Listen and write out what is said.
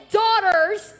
daughters